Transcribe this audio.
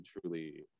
truly